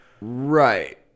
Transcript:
Right